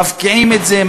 מפקיעים את זה,